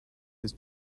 his